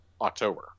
october